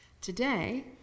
Today